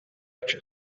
which